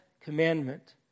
commandment